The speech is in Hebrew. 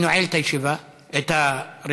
אני נועל את הישיבה, את הרשימה,